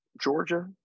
Georgia